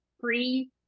free